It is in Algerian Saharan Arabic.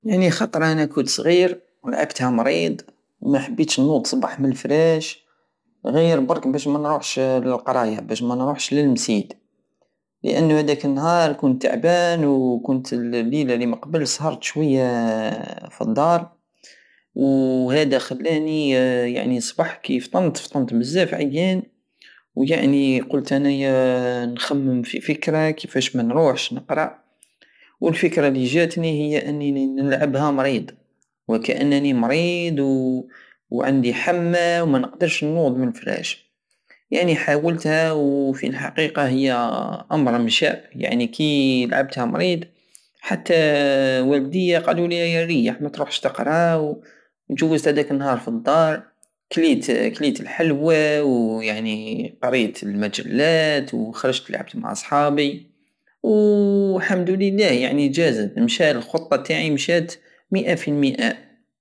سعني خطرة اناوكت صغير ولعبتها مريض ومحبيتش نوض صبح مللفراش غير برك بش منروحش للقراية بش منروحش للمسيد لانو هداك النهار كنت تعبان وكنت اليلة مقبل صهرت شوية فالدار وهدا خلاني يعني صبح فطنت فطنت بزاف عيان ويعني قلت انايا نخمم في فكرة كيفاش منروحش نقرى والفكرة الي جاتني هي اني نلعبها مريض وكانني مريض وعندي حمى ومنقدرش نوض ملفراش يعني حاولتها وفي الحقيقة هي امر مشى يعني كي لعبتهى مريض حتى والدية قالولي ريح متروحش تقرى وجوزت هداك النهار فالدار كليت الحلوى ويعني قرست المجلات وخرجت لعبت مع صحابي والحمد لله يعني جازت مشى- الخطة تاعي مشات مئة في المئة